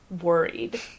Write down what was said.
worried